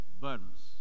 burns